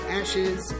ashes